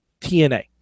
TNA